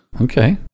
okay